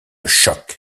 choc